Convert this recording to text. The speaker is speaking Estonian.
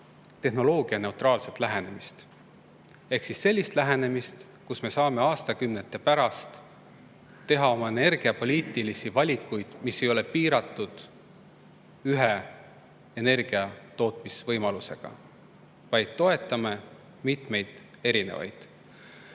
tehnoloogianeutraalset lähenemist ehk sellist lähenemist, et me saaksime aastakümnete pärast teha energiapoliitilisi valikuid, mis ei ole piiratud ühe energiatootmisvõimalusega, sest me toetame mitmeid erinevaid.